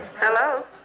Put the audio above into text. Hello